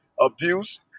abuse